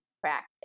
practice